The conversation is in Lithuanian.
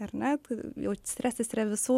ar ne stresas yra visų